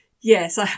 Yes